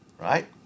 right